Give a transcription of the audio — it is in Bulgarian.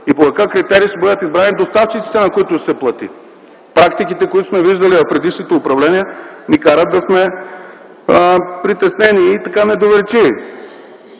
По какъв критерий ще бъдат избрани доставчиците, на които ще се плати? Практиките, които сме виждали в предишните управления, ни карат да сме притеснени и недоверчиви.